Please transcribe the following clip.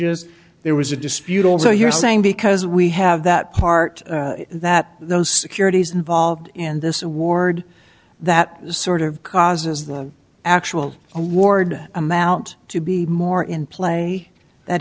s there was a dispute also you're saying because we have that part that those securities involved in this award that sort of causes them actual award a man out to be more in play that